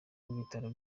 n’ibitaro